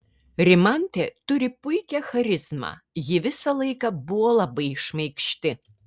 rimantė turi puikią charizmą ji visą laiką buvo labai šmaikšti